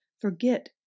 forget